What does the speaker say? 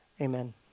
Amen